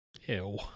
Ew